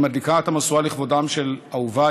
מדליקה את המשואה "לכבודם של אהוביי,